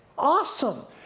awesome